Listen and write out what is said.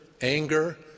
anger